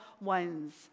ones